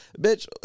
Bitch